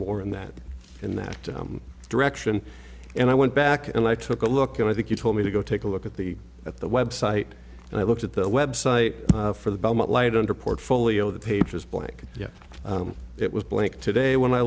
more in that in that correction and i went back and i took a look and i think you told me to go take a look at the at the website and i looked at the website for the belmont light under portfolio the page is blank yet it was blank today when i